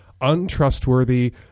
untrustworthy